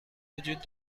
وجود